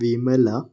Vimala